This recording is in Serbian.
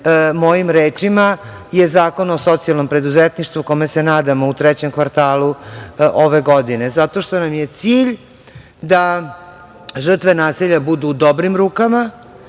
mojim rečima je Zakon o socijalnom preduzetništvu kome se nadamo u trećem kvartalu ove godine, zato što nam je cilj da žrtve nasilja budu u dobrim rukama,